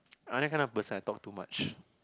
i'm that kind of person I talk too much